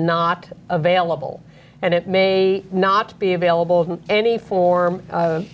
not available and it may not be available in any form